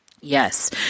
Yes